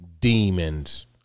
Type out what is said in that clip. demons